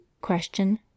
Question